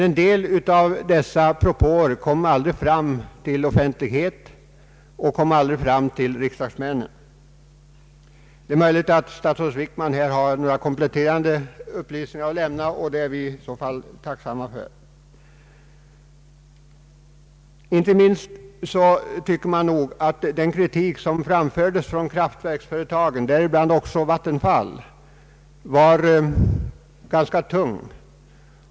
En del av dessa propåer kom aldrig fram till offentligheten och aldrig till riksdagsmännen. Detta måste anses varit en stor brist. Det är möjligt att statsrådet Wickman kan lämna några kompletterande upplysningar, vilket vi skulle vara tacksamma för. Jag anser att inte minst den kritik som framfördes från kraftverksföretagen — däribland Vattenfall — var ganska stark.